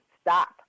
stop